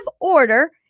order